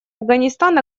афганистан